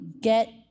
get